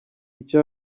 icyo